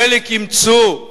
חלק ימצאו,